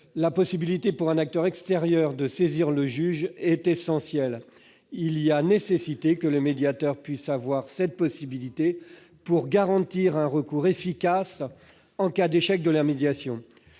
la possibilité pour un acteur extérieur de saisir le juge est essentielle. Il est nécessaire que le médiateur puisse avoir cette possibilité, pour garantir un recours efficace en cas d'échec de la médiation.